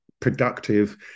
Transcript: productive